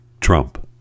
Trump